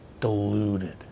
Deluded